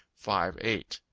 five eight.